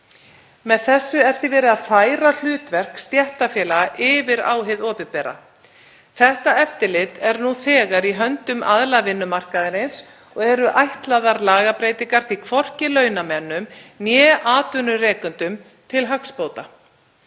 Með þessu er því verið að færa hlutverk stéttarfélaga yfir á hið opinbera. Þetta eftirlit er nú þegar í höndum aðila vinnumarkaðarins og eru ætlaðar lagabreytingar því hvorki launamönnum né atvinnurekendum til hagsbóta.